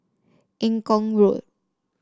Eng Kong Road